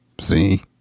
See